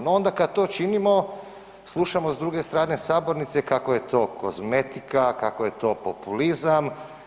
No onda kada to činimo slušamo sa druge strane sabornice kako je to kozmetika, kako je to populizam.